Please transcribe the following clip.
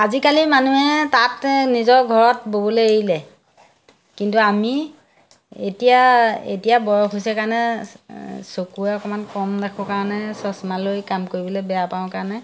আজিকালি মানুহে তাঁত নিজৰ ঘৰত ব'বলে এৰিলে কিন্তু আমি এতিয়া এতিয়া বয়স হৈছে কাৰণে চকুৰে অকমান কম দেখো কাৰণে চচমালৈ কাম কৰিবলে বেয়া পাওঁ কাৰণে